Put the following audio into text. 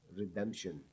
redemption